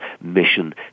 mission